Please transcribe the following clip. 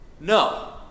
No